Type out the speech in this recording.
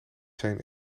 zijn